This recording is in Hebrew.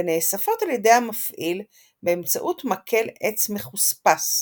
ונאספות על ידי המפעיל באמצעות מקל עץ מחוספס,